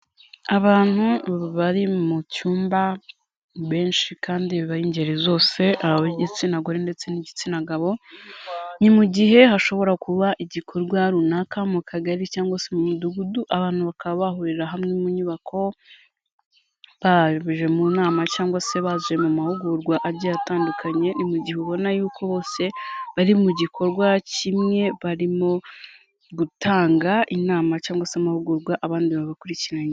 Abantu bari mu cyumba benshi kandi b'ingeri zose ab'igitsina gore ndetse n'igitsina gabo, ni mu gihe hashobora kuba igikorwa runaka mu kagari cyangwa se mu mudugudu, abantu bakaba bahurira hamwe mu nyubako, baje mu nama cyangwa se baje mu mahugurwa agiye atandukanye, ni mu gihe ubona yuko bose bari mu gikorwa kimwe, barimo gutanga inama cyangwa se amahugurwa, abandi babakurikiranye.